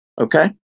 Okay